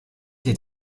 sie